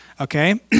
okay